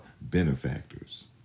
benefactors